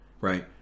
right